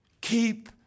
Keep